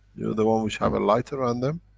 the ones which have a light around them.